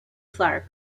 clark